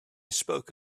spoke